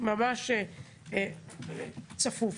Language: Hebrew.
ממש צפוף,